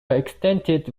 extended